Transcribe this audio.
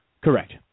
Correct